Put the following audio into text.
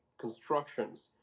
constructions